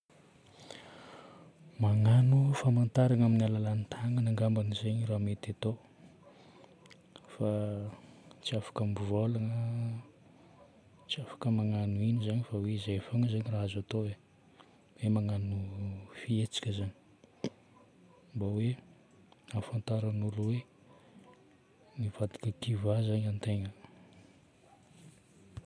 Magnano famantaragna amin'ny alalan'ny tagnana angambany zagny raha mety atao fa tsy afaka mivôlagna, tsy afaka magnano ino zagny fa izay fôgna zagny raha azo atao e. Hoe magnano fihetsika zagny. Mba hoe hahafantaran'ny olo hoe nivadika kiva zagny antegna.